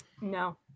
No